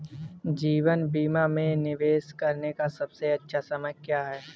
जीवन बीमा में निवेश करने का सबसे अच्छा समय क्या है?